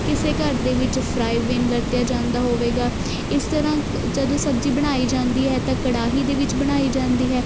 ਕਿਸੇ ਘਰ ਦੇ ਵਿੱਚ ਫਰਾਈ ਵਿਨ ਵਰਤਿਆ ਜਾਂਦਾ ਹੋਵੇਗਾ ਇਸ ਤਰ੍ਹਾਂ ਜਦੋਂ ਸਬਜ਼ੀ ਬਣਾਈ ਜਾਂਦੀ ਹੈ ਤਾਂ ਕੜਾਹੀ ਦੇ ਵਿੱਚ ਬਣਾਈ ਜਾਂਦੀ ਹੈ